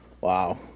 Wow